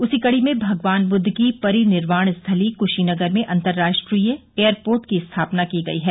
उसी कड़ी में भगवान बुद्ध की परिनिर्वाण स्थली कुशीनगर में अंतर्राष्ट्रीय एयरपोर्ट की स्थापना की गई है